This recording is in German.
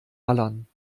ballern